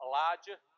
Elijah